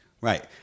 Right